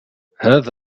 هذا